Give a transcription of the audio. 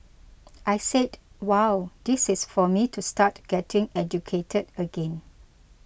I said wow this is for me to start getting educated again